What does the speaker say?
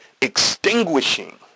extinguishing